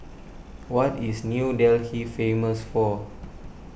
what is New Delhi famous for